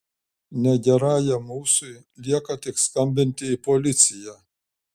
negerajam ūsui lieka tik skambinti į policiją